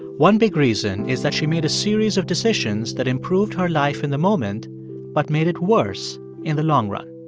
one big reason is that she made a series of decisions that improved her life in the moment but made it worse in the long run.